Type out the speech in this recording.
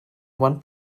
one